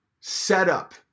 setup